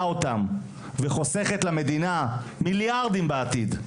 אותם וחוסכת למדינה מיליארדים בעתיד,